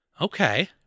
okay